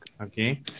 Okay